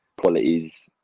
qualities